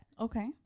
Okay